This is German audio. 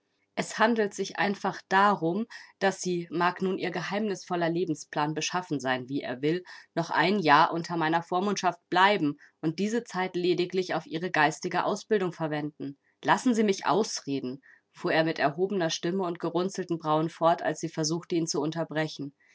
es handelt sich einfach darum daß sie mag nun ihr geheimnisvoller lebensplan beschaffen sein wie er will noch ein jahr unter meiner vormundschaft bleiben und diese zeit lediglich auf ihre geistige ausbildung verwenden lassen sie mich ausreden fuhr er mit erhobener stimme und gerunzelten brauen fort als sie versuchte ihn zu unterbrechen